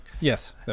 yes